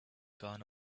gone